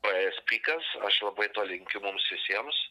paėjęs pikas aš labai to linkiu mums visiems